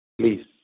please